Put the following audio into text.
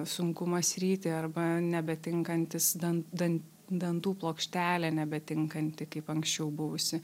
sunkumas ryti arba nebe tinkantis dan dan dantų plokštelė nebe tinkanti kaip anksčiau buvusi